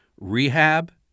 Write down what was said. rehab